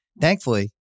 Thankfully